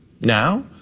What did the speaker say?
Now